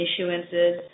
issuances